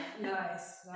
nice